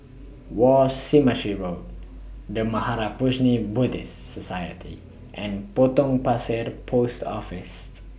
War Cemetery Road The Mahaprajna Buddhist Society and Potong Pasir Post Office